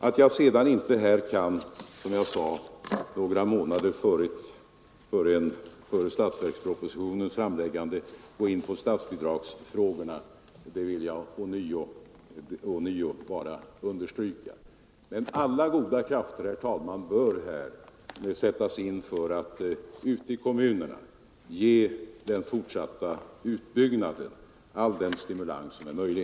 Att jag sedan några månader före budgetpropositionens framläggande inte kan gå in på statsbidragsfrågorna vill jag bara ånyo understryka. Men alla goda krafter, herr talman, bör sättas in för att ute i kommunerna ge den fortsatta utbyggnaden all den stimulans som är möjlig.